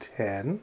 ten